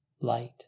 light